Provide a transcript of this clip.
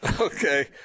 Okay